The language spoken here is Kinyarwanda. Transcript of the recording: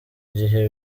gihe